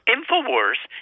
InfoWars